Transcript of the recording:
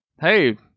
hey